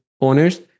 owners